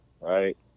right